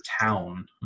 town